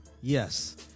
Yes